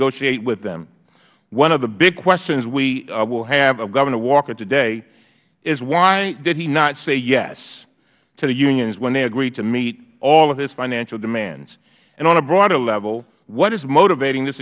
iate with them one of the big questions we will have of governor walker today is why did he not say yes to the unions when they agreed to meet all of his financial demands and on a broader level what is motivating this